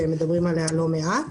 שמדברים עליה לא מעט